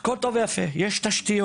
הכול טוב ויפה, יש תשתיות,